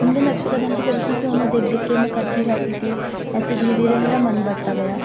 اُن کے نقشے قدم پہ میں چلتی تھی اُنہیں دیکھ دیکھ کے میں کرتی رہتی تھی ایسے دھیرے دھیرے میرا من بڑھتا گیا